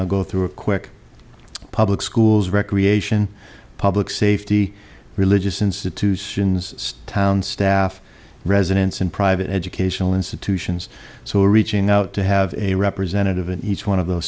i'll go through a quick public schools recreation public safety religious institutions town staff residents and private educational institutions so reaching out to have a representative in each one of those